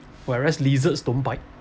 whereas lizards don't bite